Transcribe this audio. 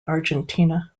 argentina